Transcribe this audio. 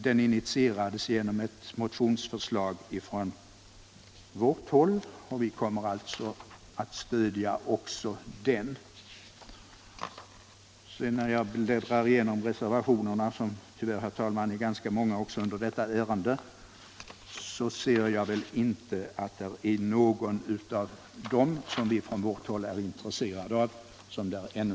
Den initierades av ett motionsförslag från vårt håll, och vi kommer alltså att stödja också den.